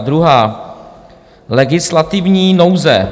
Druhá: legislativní nouze.